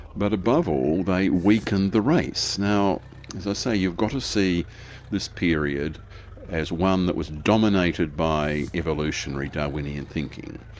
but above all, they weakened the race. now as i say, you've got to see this period as one that was dominated by evolutionary darwinian thinking,